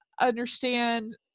understand